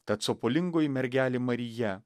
tad sopulingoji mergelė marija